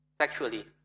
sexually